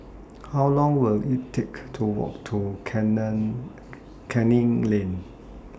How Long Will IT Take to Walk to Canning Lane